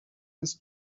his